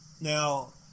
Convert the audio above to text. Now